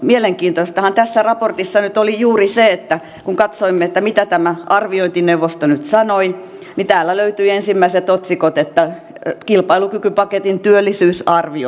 mielenkiintoistahan tässä raportissa nyt oli juuri se että kun katsoimme mitä tämä arviointineuvosto nyt sanoi niin täältä löytyi ensimmäisenä otsikko kilpailukykypaketin työllisyysarvio pielessä